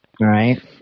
right